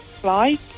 Fly